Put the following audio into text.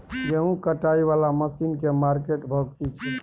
गेहूं कटाई वाला मसीन के मार्केट भाव की छै?